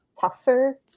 tougher